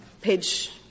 page